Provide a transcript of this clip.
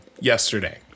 yesterday